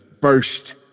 first